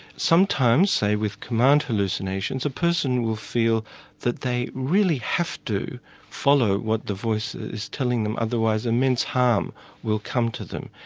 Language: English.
sometimes, say, with command hallucinations, a person will feel that they really have to follow what the voice is telling them, otherwise immense harm will come to them.